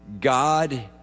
God